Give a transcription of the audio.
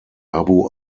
abu